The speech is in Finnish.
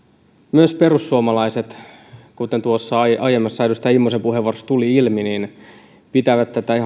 myös perussuomalaiset kuten tuossa aiemmassa edustaja immosen puheenvuorossa tuli ilmi pitävät tätä ihan oikeana